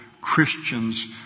Christian's